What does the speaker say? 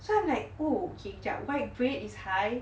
so I am like oh okay jap white bread is high